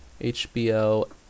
HBO